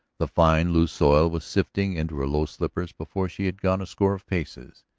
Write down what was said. the fine, loose soil was sifting into her low slippers before she had gone a score of paces.